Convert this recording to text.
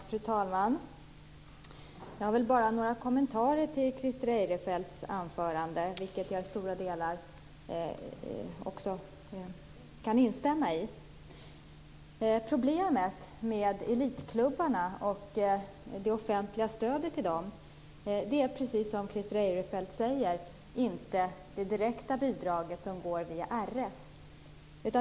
Fru talman! Jag har några kommentarer till Christer Eirefelts anförande, vilket jag i stora delar kan instämma i. Problemet med elitklubbarna och det offentliga stödet till dem är, precis som Christer Eirefelt säger, inte det direkta bidraget som går via RF.